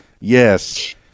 Yes